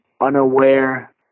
unaware